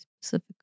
specific